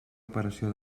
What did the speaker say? operació